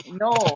no